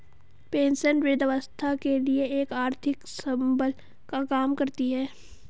pension वृद्धावस्था के लिए एक आर्थिक संबल का काम करती है